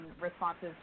responses